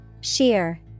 Sheer